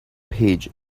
page